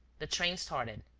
the train started.